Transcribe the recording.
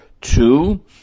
two